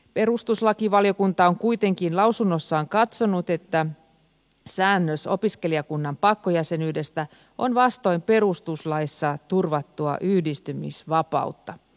perustuslakivaliokunta on kuitenkin lausunnossaan katsonut että säännös opiskelijakunnan pakkojäsenyydestä on vastoin perustuslaissa turvattua yhdistymisvapautta